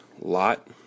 lot